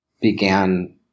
began